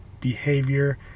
behavior